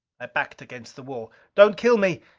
i backed against the wall. don't kill me!